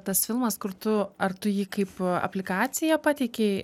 tas filmas kur tu ar tu jį kaip aplikaciją pateikei